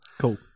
Cool